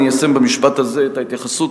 אני אסיים במשפט הזה את ההתייחסות,